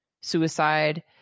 suicide